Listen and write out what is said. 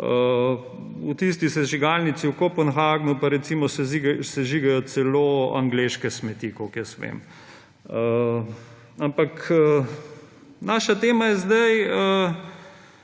V tisti sežigalnici vKřbenhavnupa recimo sežigajo celo angleške smeti, kolikor jaz vem. Ampak naša tema je zdaj